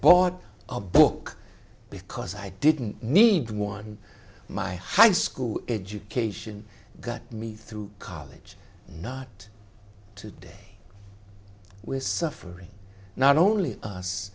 bought a book because i didn't need one my high school education got me through college not today we're suffering not only us